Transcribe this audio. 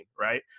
right